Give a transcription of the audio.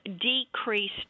decreased